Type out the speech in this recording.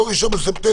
לא 1 בספטמבר.